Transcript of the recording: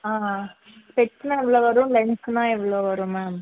ஆ ஆ ஸ்பெக்ஸ்ஸுன்னால் எவ்வளோ வரும் லென்ஸ்ஸுன்னால் எவ்வளோ வரும் மேம்